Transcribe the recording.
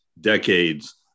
decades